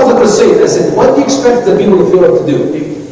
ah crusaders in what expect the people phillip do be